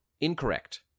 incorrect